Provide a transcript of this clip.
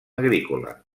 agrícola